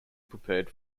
prepared